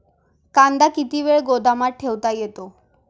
कांदा किती वेळ गोदामात ठेवता येतो?